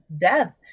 death